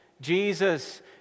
Jesus